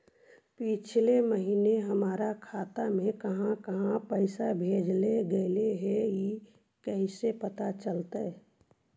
पिछला महिना हमर खाता से काहां काहां पैसा भेजल गेले हे इ कैसे पता चलतै?